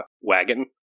wagon